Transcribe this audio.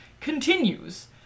continues